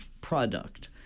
product